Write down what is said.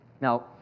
Now